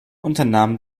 unternahm